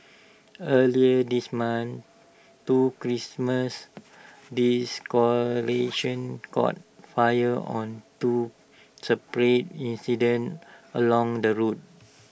earlier this month two Christmas caught fire on two separate incidents along the road